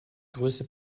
größte